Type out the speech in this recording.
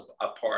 apart